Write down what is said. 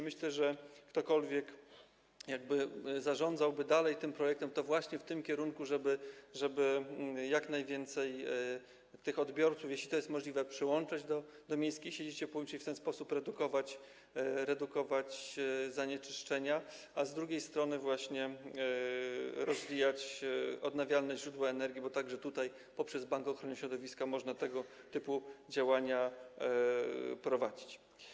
Myślę, że ktokolwiek zarządzałby dalej tym projektem, to właśnie w tym kierunku, żeby jak najwięcej tych odbiorców, jeśli to jest możliwe, przyłączać do miejskiej sieci ciepłowniczej i w ten sposób redukować zanieczyszczenia, a z drugiej strony właśnie rozwijać odnawialne źródła energii, bo także tutaj poprzez Bank Ochrony Środowiska można tego typu działania prowadzić.